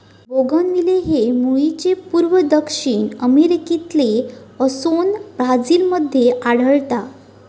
bougainvillea हे मूळचे पूर्व दक्षिण अमेरिकेतले असोन ब्राझील मध्ये आढळता